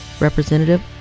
Representative